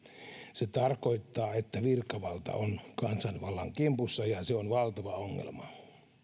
se tarkoittaa että virkavalta on kansanvallan kimpussa ja se on valtava ongelma